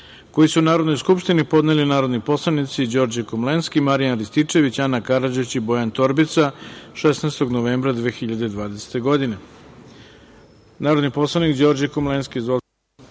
koji su Narodnoj skupštini podneli narodni poslanici Đorđe Komlenski, Marijan Rističević, Ana Karadžić i Bojan Torbica, 16. novembra 2020. godine. Narodni